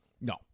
No